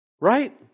Right